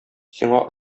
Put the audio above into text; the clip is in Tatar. сиңа